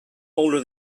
older